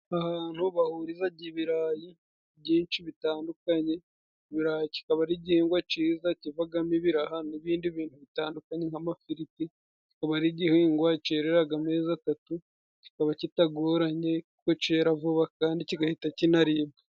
Ahantu bahurizaga ibirayi byinshi bitandukanye, ibirayi kikaba ari igihingwa ciza kivagamo ibiraha n'ibindi bintu bitandukanye nk'amafiriti, kikaba ari igihingwa cereraga amezi atatu kikaba kitagoranye kuko cera vuba kandi kigahita kinabwa.